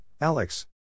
Alex